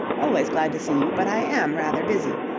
always glad to see you, but i am rather busy.